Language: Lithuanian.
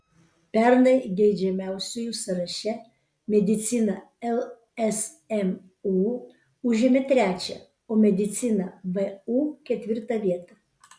pernai geidžiamiausiųjų sąraše medicina lsmu užėmė trečią o medicina vu ketvirtą vietą